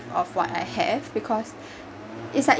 of what I have because it’s like